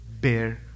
Bear